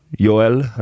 Joel